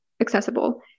accessible